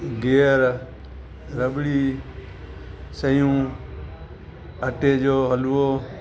गिहरु रबड़ी सइयूं अटे जो हलवो